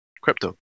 crypto